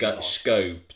scope